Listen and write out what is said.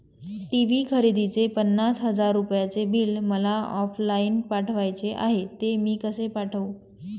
TV खरेदीचे पन्नास हजार रुपयांचे बिल मला ऑफलाईन पाठवायचे आहे, ते मी कसे पाठवू?